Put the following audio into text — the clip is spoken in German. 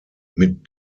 mit